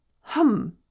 hum